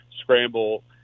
scramble –